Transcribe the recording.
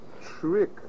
trick